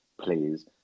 please